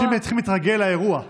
פשוט אנשים צריכים להתרגל לאירוע.